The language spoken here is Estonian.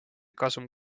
kasum